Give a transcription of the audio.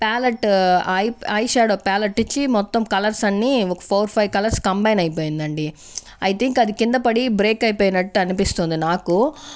palette eye eyeshadow palette వచ్చి మొత్తం colours అన్నీ ఫోర్ ఫైవ్ కలర్స్ కంబైన్ అయిపోయిందండి ఐ థింక్ అది కింద పడి బ్రేక్ అయిపోయినట్టు అనిపిస్తోంది నాకు